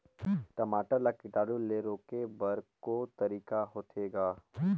टमाटर ला कीटाणु ले रोके बर को तरीका होथे ग?